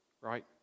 right